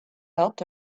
helped